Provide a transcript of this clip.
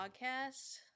podcast